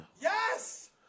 Yes